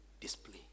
Display